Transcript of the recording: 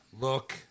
look